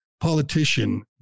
politician